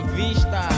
vista